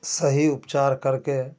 सही उपचार करके